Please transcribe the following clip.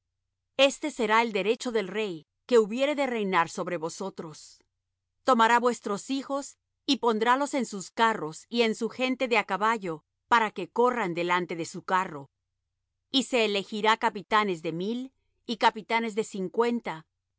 este será el derecho del rey que hubiere de reinar sobre vosotros tomará vuestros hijos y pondrálos en sus carros y en su gente de á caballo para que corran delante de su carro y se elegirá capitanes de mil y capitanes de cincuenta